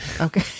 Okay